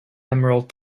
emerald